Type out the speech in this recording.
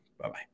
Bye-bye